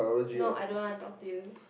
no I don't want to talk to you